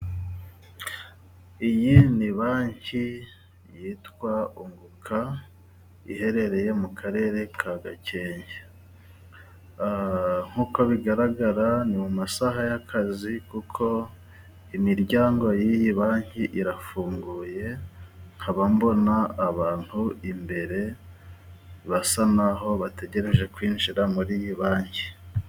Iyi ni banki yitwa Unguka iherereye mu karere ka Gakenke, nk'uko bigaragara ni mu masaha y'akazi kuko imiryango y'iyi banki irafunguye, nkaba mbona abantu imbere basa n'aho bategereje kwinjira muri iyi banki.